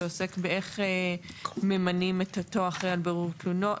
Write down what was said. שעוסק בשאלה איך ממנים את אותו אחראי על בירור תלונות.